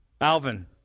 Alvin